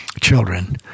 children